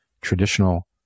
traditional